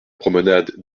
promenade